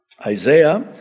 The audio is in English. Isaiah